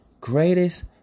greatest